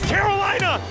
Carolina